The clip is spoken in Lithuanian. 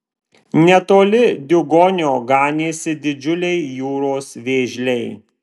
netoli diugonio ganėsi didžiuliai jūros vėžliai